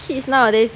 kids nowadays